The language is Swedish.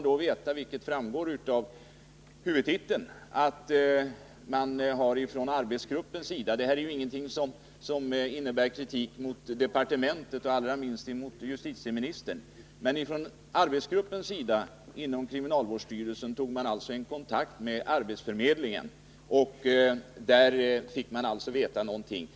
Det här innebär ingen kritik mot departementet och allra minst mot justitieministern. Arbetsgruppen inom kriminalvårdsstyrelsen tog dock bara kontakt med arbetsförmedlingen. och den vägen fick inte kommunen kännedom om saken.